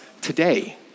today